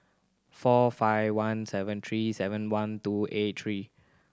four five one seven three seven one two eight three